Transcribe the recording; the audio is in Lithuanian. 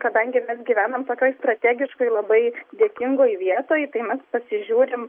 kadangi mes gyvenam tokioj strategiškai labai dėkingoj vietoj tai mes pasižiūrim